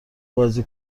بازی